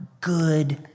good